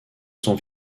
son